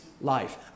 life